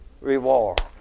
reward